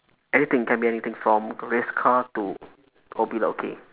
anything can be anything from race car to oh billiard okay